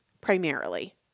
primarily